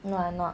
no I'm not